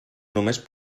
només